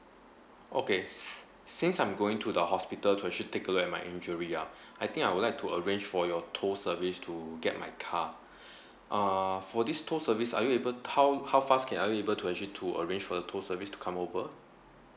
okay since I'm going to the hospital to actually take a look at my injury ah I think I would like to arrange for your tow service to get my car uh for this tow service are you able how how fast can are you able to actually to arrange for the tow service to come over